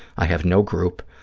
i have no group.